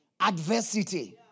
adversity